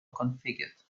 reconfigured